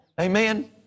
Amen